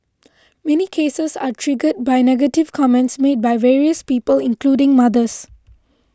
many cases are triggered by negative comments made by various people including mothers